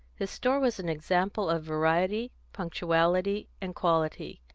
his store was an example of variety, punctuality, and quality.